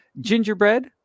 Gingerbread